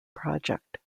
project